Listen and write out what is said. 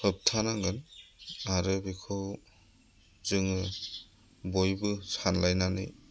होबथा नांगोन आरो बेखौ जोङो बयबो सानलायनानै